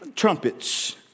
Trumpets